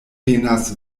venas